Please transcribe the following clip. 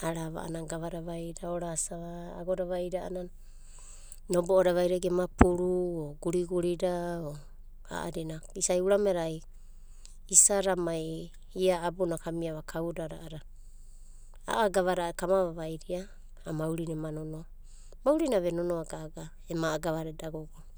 Arava a'ana gavada vaida orasava e agoda vaida a'ana nobo'o da vaida gema puru, o guriguri da a'adina. Isai urameda ai isada mai ia abuna kamiava kaudada a'adada a'a gavada a'ada kama vavaidia ai maurina ema nonoa. Maurina ve nonoa gaga ema a'a gavada vo vavai.